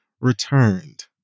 returned